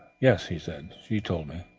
yes, he said, she told me.